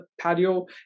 patio